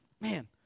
man